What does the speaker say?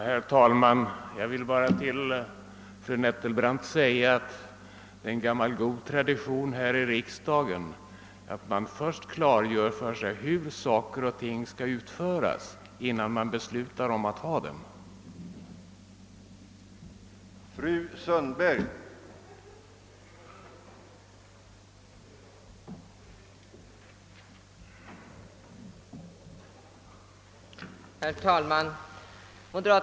Herr talman! Till fru Nettelbrandt vill jag säga att det är gammal god tradition här i riksdagen att man först klargör för sig hur saker och ting skall utföras innan man beslutar att de skall utföras.